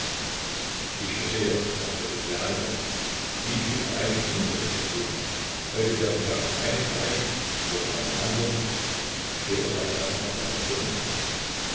ich verstehe antwortete der andere wieviel vereidigungen wird es denn geben heute werden wir auf den einen vereidigt morgen auf den andern später vielleicht auch noch auf einen dritten